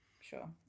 Sure